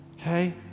Okay